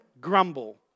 grumble